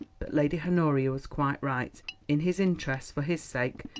but lady honoria was quite right in his interest, for his sake,